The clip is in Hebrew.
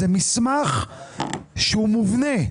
זה מסמך שהוא מובנה.